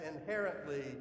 inherently